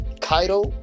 Kaido